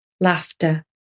laughter